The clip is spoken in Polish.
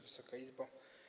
Wysoka Izbo!